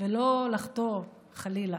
ולא לחטוא, חלילה,